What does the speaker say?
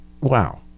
wow